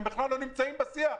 הם בכלל לא נמצאים בשיח.